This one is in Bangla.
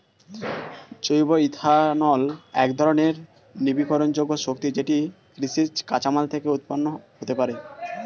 জৈব ইথানল একধরণের নবীকরণযোগ্য শক্তি যেটি কৃষিজ কাঁচামাল থেকে উৎপন্ন হতে পারে